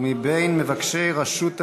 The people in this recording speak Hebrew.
מבין מבקשי רשות הדיבור,